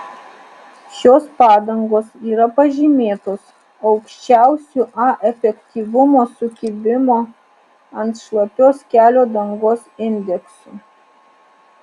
šios padangos yra pažymėtos aukščiausiu a efektyvumo sukibimo ant šlapios kelio dangos indeksu